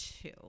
two